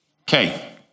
Okay